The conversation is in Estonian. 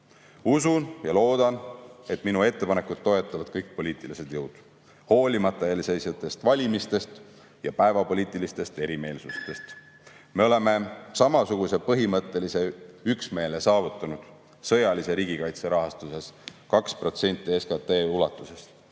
Usun ja loodan, et minu ettepanekut toetavad kõik poliitilised jõud, hoolimata eelseisvatest valimistest ja päevapoliitilistest erimeelsustest. Me oleme samasuguse põhimõttelise üksmeele saavutanud sõjalise riigikaitse rahastuses 2% ulatuses